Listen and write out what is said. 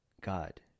god